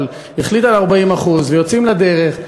אבל החליטה על 40% ויוצאים לדרך.